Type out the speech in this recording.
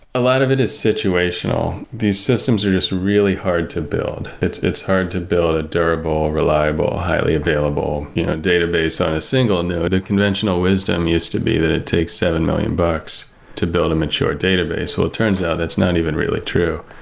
a lot of it is situational. these systems are just really hard to build. it's it's hard to build a durable, reliable, highly available database on a single node. the conventional wisdom is to be that it takes seven million bucks to build a mature database. so it turns out, that's not even really true.